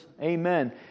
Amen